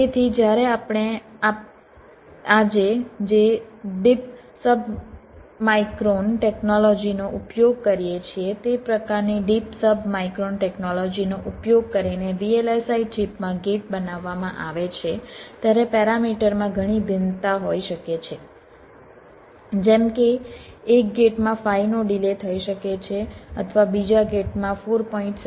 તેથી જ્યારે આજે આપણે જે ડીપ સબમાઈક્રોન ટેકનોલોજી નો ઉપયોગ કરીએ છીએ તે પ્રકારની ડીપ સબમાઈક્રોન ટેકનોલોજીનો ઉપયોગ કરીને VLSI ચિપમાં ગેટ બનાવવામાં આવે છે ત્યારે પેરામીટર માં ઘણી ભિન્નતા હોઈ શકે છે જેમ કે એક ગેટમાં 5 નો ડિલે થઈ શકે છે અથવા બીજા ગેટમાં 4